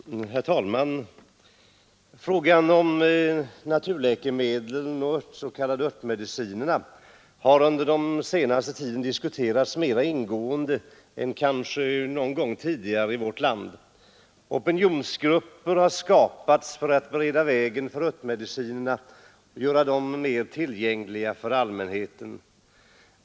Herr talman! Frågan om naturläkemedlen och de s.k. örtmedicinerna Tisdagen den har under den senaste tiden diskuterats mera ingående än kanske någon 11 december 1973 gång tidigare i vårt land. Opinionsgrupper har skapats för att bereda s— ——— vägen för örtmedicinerna och göra dessa mera tillgängliga för allmän Ökad användning heten.